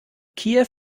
kiew